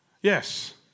Yes